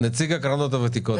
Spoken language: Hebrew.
נציג הקרנות הוותיקות.